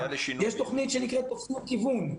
יש תוכנית שנקראת "תופסים כיוון",